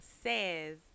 says